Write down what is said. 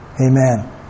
Amen